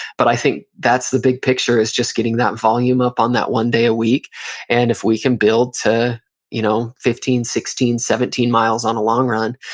but i think that's the big picture is just getting that volume up on that one day a week and if we can build to you know fifteen, sixteen, seventeen miles on a long run,